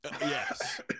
Yes